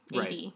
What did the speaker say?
AD